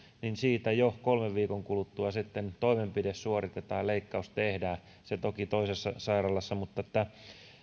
ja siitä jo sitten kolmen viikon kuluttua toimenpide suoritetaan leikkaus tehdään se toki toisessa sairaalassa mutta